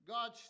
God